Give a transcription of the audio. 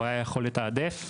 הוא היה יכול לתעדף.